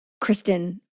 Kristen